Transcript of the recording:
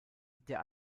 der